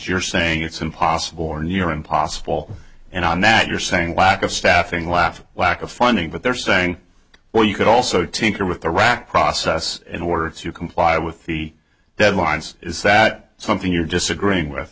you're saying it's impossible or near impossible and on that you're saying lack of staffing laughing lack of funding but they're saying well you could also team here with the rock process in order to comply with the deadlines is that something you're disagreeing with